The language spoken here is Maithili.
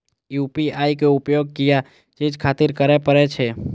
यू.पी.आई के उपयोग किया चीज खातिर करें परे छे?